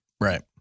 Right